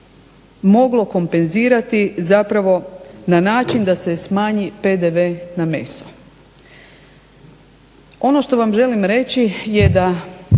moglo kompenzirati zapravo na način da se smanji PDV na meso. Ono što vam želim reći je da,